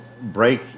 break